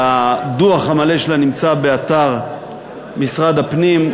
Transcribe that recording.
והדוח המלא שלה נמצא באתר משרד הפנים,